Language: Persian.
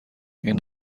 این